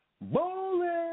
Bowling